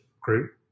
group